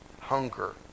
hunger